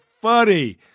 funny